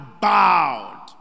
bowed